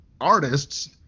artists